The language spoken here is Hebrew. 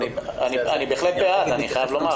אני בהחלט בעד, אני חייב לומר.